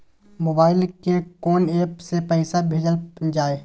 Mobile के कोन app से पैसा भेजल जाए?